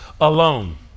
alone